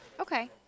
Okay